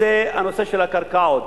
זה הנושא של הקרקעות.